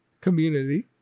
community